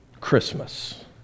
Christmas